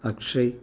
Akshay